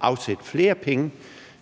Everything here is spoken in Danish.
afsætte flere penge